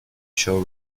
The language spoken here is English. show